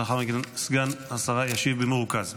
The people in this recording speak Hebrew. לאחר מכן סגן השרה ישיב במרוכז.